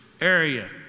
area